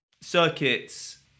circuits